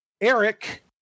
eric